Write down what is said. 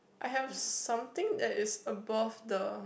I've something that's above the